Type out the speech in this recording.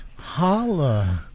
Holla